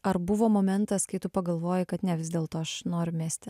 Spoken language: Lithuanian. ar buvo momentas kai tu pagalvojai kad ne vis dėlto aš noriu mesti